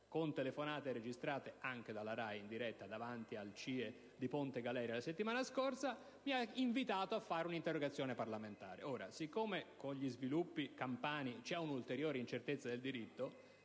con telefonate registrate dalla RAI in diretta, davanti al CIE di Ponte Galeria la settimana scorsa), ma mi ha invitato a presentare un'interrogazione parlamentare. Ora, però, con gli sviluppi campani vi è un'ulteriore incertezza del diritto.